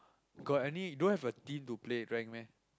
got any don't have a team to play rank meh